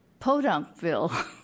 Podunkville